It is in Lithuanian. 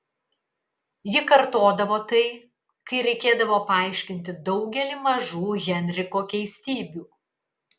ji kartodavo tai kai reikėdavo paaiškinti daugelį mažų henriko keistybių